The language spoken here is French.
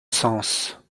sens